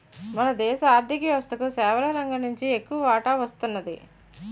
మన దేశ ఆర్ధిక వ్యవస్థకు సేవల రంగం నుంచి ఎక్కువ వాటా వస్తున్నది